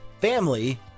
family